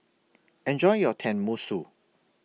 Enjoy your Tenmusu